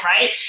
Right